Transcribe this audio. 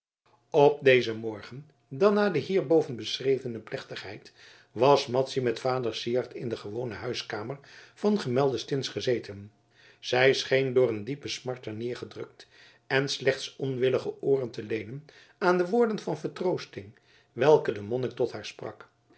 op den morgen dan na de hierboven beschrevene plechtigheid was madzy met vader syard in de gewone huiskamer van gemelde stins gezeten zij scheen door eene diepe smart ter neergedrukt en slechts onwillige ooren te leenen aan de woorden van vertroosting welke de monnik tot haar sprak